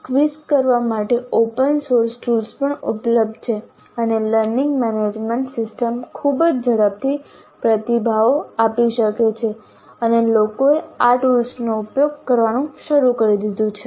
quiz કરવા માટે open source tools પણ ઉપલબ્ધ છે અને લર્નિંગ મેનેજમેન્ટ સિસ્ટમ્સ ખૂબ જ ઝડપથી પ્રતિભાવો આપી શકે છે અને લોકોએ આ ટૂલ્સનો ઉપયોગ કરવાનું શરૂ કરી દીધું છે